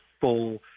full